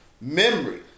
memory